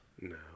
No